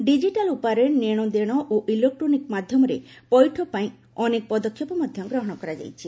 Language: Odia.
ଡିଜିଟାଲ୍ ଉପାୟରେ ନେଶଦେଣ ଓ ଇଲେକ୍ଟ୍ରୋନିକ୍ ମାଧ୍ୟମରେ ପୈଠ ପାଇଁ ଅନେକ ପଦକ୍ଷେପ ମଧ୍ୟ ଗ୍ରହଣ କରାଯାଇଛି